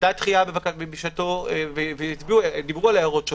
היתה דחייה בשעתו, ודיברו הערות.